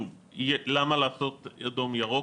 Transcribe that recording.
למה לעשות אדום ירוק?